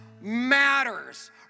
matters